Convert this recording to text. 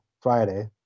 Friday